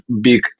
big